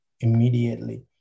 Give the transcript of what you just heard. immediately